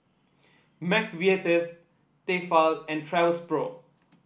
McVitie's Tefal and Travelpro